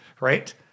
right